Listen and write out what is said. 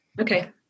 Okay